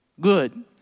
good